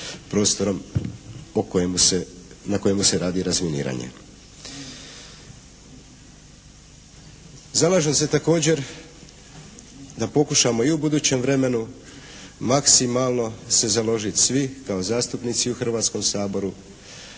prostorom na kojemu se radi razminiranje. Zalažem se također da pokušamo i u budućem vremenu maksimalno se založiti svi kao zastupnici u Hrvatskom saboru,